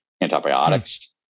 antibiotics